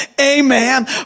Amen